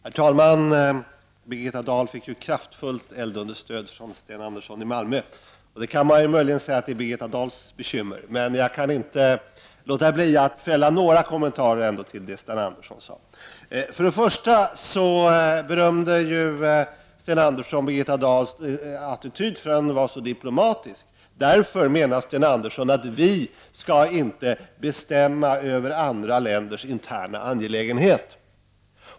Herr talman! Birgitta Dahl fick kraftfullt eldunderstöd från Sten Andersson i Malmö. Det kan man möjligen säga är Birgitta Dahls bekymmer, men jag kan inte låta bli att fälla några kommentarer till vad Sten Andersson sade. Sten Andersson berömde Birgitta Dahls attityd för att den var så diplomatisk. Därför menar Sten Andersson att vi inte skall bestämma över andra länders interna angelägenheter.